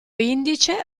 indice